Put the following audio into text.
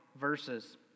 verses